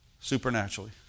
supernaturally